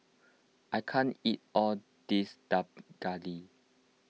I can't eat all of this Dak Galbi